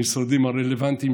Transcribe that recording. המשרדים הרלוונטיים,